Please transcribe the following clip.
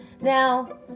now